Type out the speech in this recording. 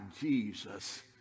Jesus